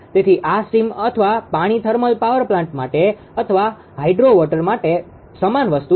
તેથી આ સ્ટીમ અથવા પાણી થર્મલ પાવર પ્લાન્ટ માટે અથવા હાઇડ્રો વોટર માટે સમાન વસ્તુ છે